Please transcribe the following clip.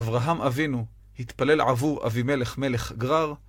אברהם אבינו התפלל עבור אבי מלך מלך גרר